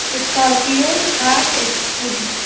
scorpio Thar scooty